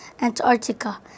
Antarctica